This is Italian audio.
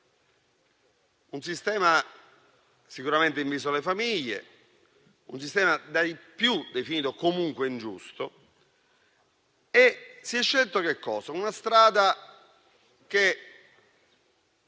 un sistema sicuramente inviso alle famiglie e dai più definito comunque ingiusto. Si è scelta una strada che